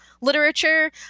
literature